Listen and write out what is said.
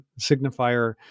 signifier